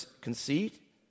conceit